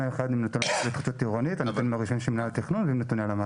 אחד נתונים --- עם נתוני מינהל התכנון ונתוני הלמ"ס.